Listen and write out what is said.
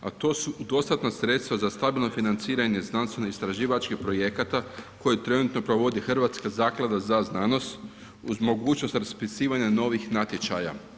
a to su dostatna sredstva za stabilno financiranje znanstveno-istraživačkih projekata koji trenutno provodi Hrvatska zaklada za znanost uz mogućnost raspisivanja novih natječaja.